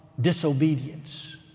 disobedience